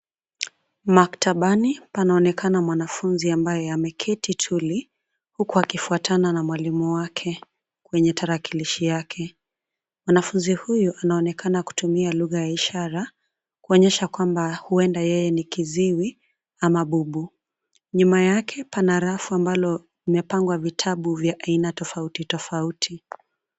Maktabani panaonekana mwanafunzi ambaye ameketi tuli huku akifuatana na mwalimu wake kwenye tarakilishi yake. Mwanafunzi huyu anaonekana kutumia lugha ya ishara kuonyesha kwamba huenda yeye ni kiziwi ama bubu, nyuma yake pana rafu ambalo limepangwa vitabu vya aina tofauti tofauti.